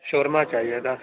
شورما چاہیے تھا